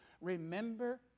remember